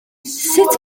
sut